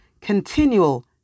continual